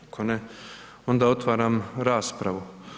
Ako ne onda otvaram raspravu.